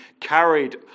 carried